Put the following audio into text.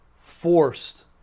forced